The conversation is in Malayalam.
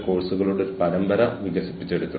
എച്ച്ആർഎമ്മിന്റെ തന്ത്രപരമായ സിദ്ധാന്തങ്ങൾ